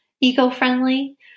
eco-friendly